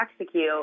execute